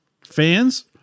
fans